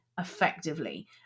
effectively